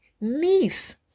niece